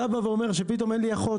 אתה בא ואומר שפתאום אין לי אחות,